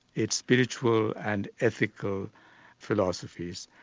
its spiritual and ethical philosophies,